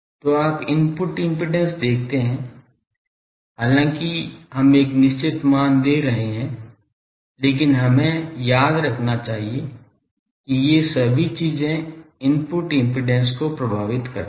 तो आप input impedance देखते हैं हालांकि हम एक निश्चित मान दे रहे हैं लेकिन हमें याद रखना चाहिए कि ये सभी चीजें इनपुट इम्पीडेन्स को प्रभावित करती हैं